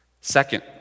Second